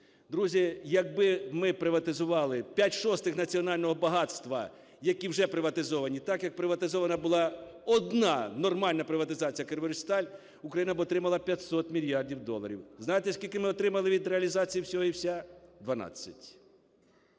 Друзі, якби ми приватизували п'ять шостих національного багатства, які вже приватизовані, так, як приватизована була одна нормальна приватизація - "Криворіжсталь", Україна б отримала 500 мільярдів доларів. Знаєте скільки ми отримали від реалізації від